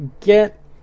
get